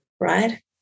Right